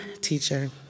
teacher